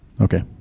Okay